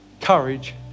courage